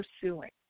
pursuing